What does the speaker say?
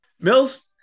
mills